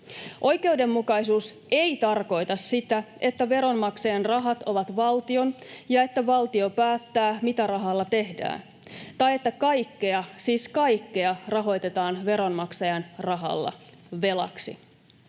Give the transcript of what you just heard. Oikeudenmukaisuus ei tarkoita sitä, että veronmaksajan rahat ovat valtion ja että valtio päättää, mitä rahalla tehdään, tai että kaikkea — siis kaikkea — rahoitetaan veronmaksajan rahalla velaksi.